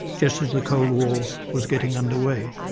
just as the cold war was getting underway.